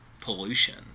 pollution